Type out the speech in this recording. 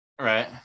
Right